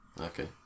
okay